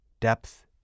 depth